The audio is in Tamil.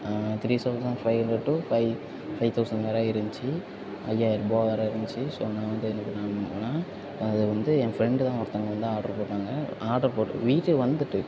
three thousand five hundred two five five thousand வர இருந்துச்சி ஐயாயரூபா வர இருந்துச்சி ஸோ நான் வந்து என்ன பண்ணேன் அப்படின் பார்த்தீங்கன்னா அதை வந்து ஏன் ஃப்ரெண்டு தான் ஒருத்தவங்க வந்து ஆர்டர் போட்டாங்க ஆர்டர் போட்டு வீட்டுக்கு வந்துவிட்டு